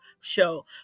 show